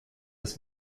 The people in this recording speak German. dass